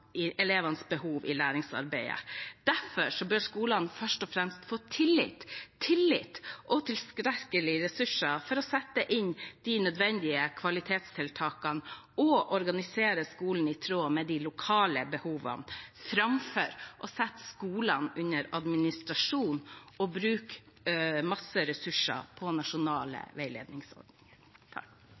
elevenes behov i læringsarbeidet. Derfor bør skolene først og fremst få tillit og tilstrekkelige ressurser til å sette inn de nødvendige kvalitetstiltakene og organisere skolen i tråd med de lokale behovene, framfor å sette skolene under administrasjon og bruke masse ressurser på nasjonale veiledningsordninger.